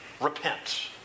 Repent